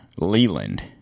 Leland